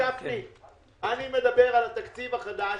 אני מדבר על התקציב החדש.